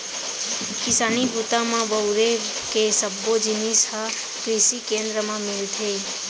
किसानी बूता म बउरे के सब्बो जिनिस ह कृसि केंद्र म मिलथे